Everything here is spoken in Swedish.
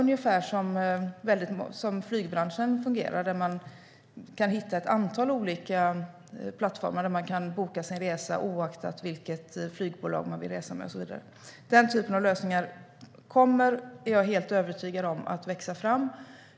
Det är ungefär så flygbranschen fungerar, där man kan hitta ett antal olika plattformar där man kan boka sin resa oaktat vilket flygbolag man vill resa med och så vidare. Den typen av lösningar kommer att växa fram; det är jag helt övertygad om.